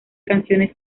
canciones